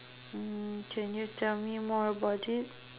mm can you tell me more about it